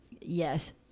yes